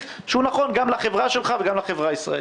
שהוא נכון גם לחברה שלך וגם לחברה הישראלית.